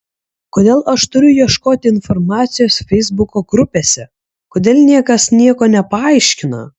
kodėl aš turiu ieškoti informacijos feisbuko grupėse kodėl niekas nieko nepaaiškina